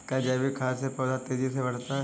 क्या जैविक खाद से पौधा तेजी से बढ़ता है?